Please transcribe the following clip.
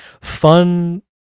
fun